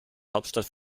hauptstadt